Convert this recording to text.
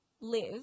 live